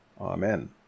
Amen